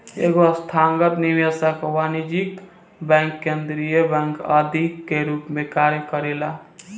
एगो संस्थागत निवेशक वाणिज्यिक बैंक केंद्रीय बैंक आदि के रूप में कार्य करेला